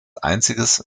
einziges